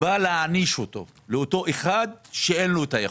בא להעניש את אותו אחד שאין לו יכולת.